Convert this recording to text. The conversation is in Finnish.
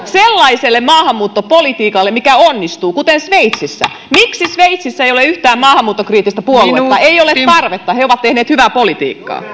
sellaiselle maahanmuuttopolitiikalle mikä onnistuu kuten sveitsissä miksi sveitsissä ei ole yhtään maahanmuuttokriittistä puoluetta ei ole tarvetta he ovat tehneet hyvää politiikkaa